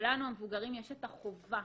ולנו, המבוגרים, יש את החובה